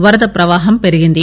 వరద ప్రవాహం పెరిగింది